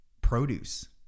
produce